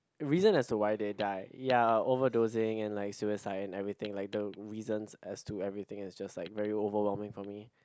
reason as to why they die ya overdosing and like suicide and everything like the reasons as to everything is just like very overwhelming to me